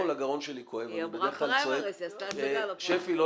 הגרון שלי כואב, אני בדרך כלל